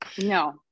No